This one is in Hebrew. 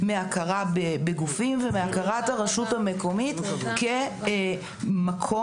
מהכרה בגופים ומהכרת הרשות המקומית כמקום-תשתית